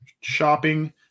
shopping